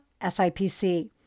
SIPC